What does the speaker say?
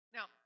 Now